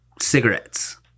cigarettes